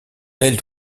elle